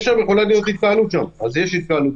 יכולה להיות שם התקהלות.